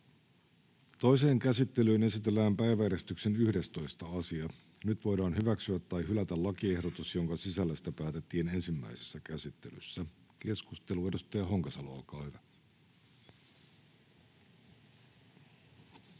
Toiseen käsittelyyn esitellään päiväjärjestyksen 15. asia. Nyt voidaan hyväksyä tai hylätä lakiehdotukset, joiden sisällöstä päätettiin ensimmäisessä käsittelyssä. — Keskustelu, edustaja Hamari, olkaa hyvä.